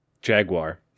Jaguar